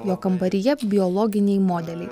jo kambaryje biologiniai modeliai